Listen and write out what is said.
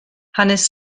hanes